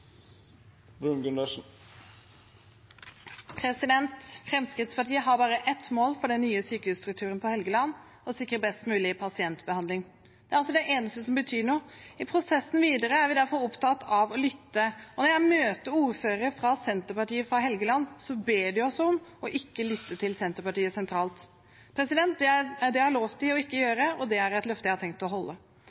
vi. Fremskrittspartiet har bare ett mål for den nye sykehusstrukturen på Helgeland: å sikre best mulig pasientbehandling. Det er også det eneste som betyr noe. I prosessen videre er vi derfor opptatt av å lytte, og når jeg møter ordførere fra Senterpartiet fra Helgeland, ber de oss om ikke å lytte til Senterpartiet sentralt. Det har jeg lovet dem å ikke gjøre, og det er et løfte jeg har tenkt å holde.